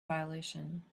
violation